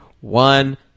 one